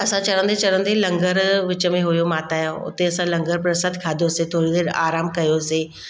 असां चढ़ंदे चढ़ंदे लंगरु विच में हुओ माताजो हुते असां लंगरु प्रसाद खाधोसीं थोरी देरि आरामु कयोसीं